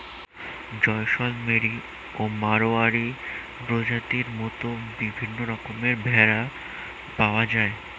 জয়সলমেরি ও মাড়োয়ারি প্রজাতির মত বিভিন্ন রকমের ভেড়া পাওয়া যায়